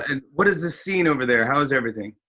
and what is the scene over there? how is everything?